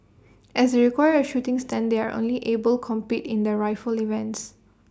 as require A shooting stand they are only able compete in the rifle events